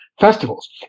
festivals